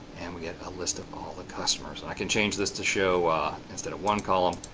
and we get a list of all the customers. i can change this to show instead of one column,